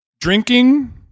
Drinking